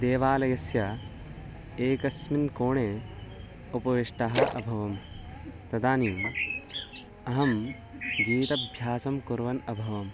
देवालयस्य एकस्मिन् कोणे उपविष्टः अभवं तदानीम् अहं गीतभ्यासं कुर्वन् अभवम्